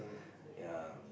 ya